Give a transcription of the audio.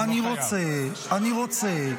אני רוצה, אני רוצה.